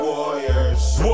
Warriors